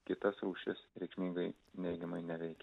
kitas rūšis reikšmingai neigiamai neveikia